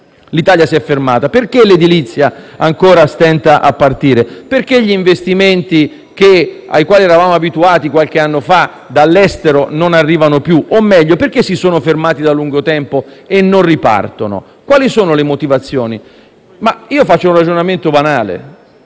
l'Italia si è fermata. Perché l'edilizia stenta ancora a partire? Perché gli investimenti dall'estero, ai quali eravamo abituati qualche anno fa, non arrivano più? O meglio, perché si sono fermati da lungo tempo e non ripartono? Quali sono le motivazioni? Faccio un ragionamento banale: